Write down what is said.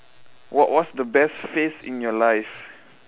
what was the best phase in your life